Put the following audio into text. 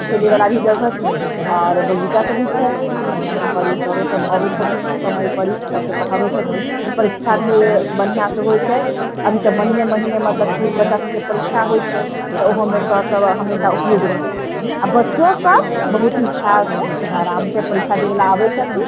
खेलेबला भी जगह छै आओर बगीचा सब भी छै आओर यहाँ परी सरो सब अबैत छथिन समय परी सबके पढ़बैत छथिन परीक्षा भी यो बढ़िआँ से होइत छै अभी तऽ महिने महिने मतलब कि बच्चा सबकेँ परीक्षा होइत छै तऽ ओहोमे सर सब हमेशा उपयोग रहैत छै आ बच्चो सब बहुत ठीक ठाक छै आराम से परीक्षा देबे ला अबैत छथिन